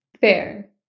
Fair